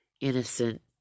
innocent